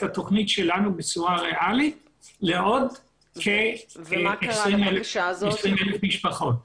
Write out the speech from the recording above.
התוכנית שלנו בצורה ריאלית לעוד כ-20,000 משפחות.